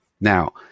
Now